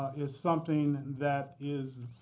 is something that is,